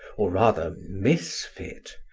or rather, misfit,